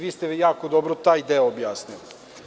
Vi ste jako dobro taj deo objasnili.